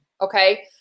Okay